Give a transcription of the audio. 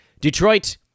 Detroit